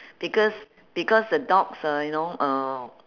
because because the dogs uh you know uh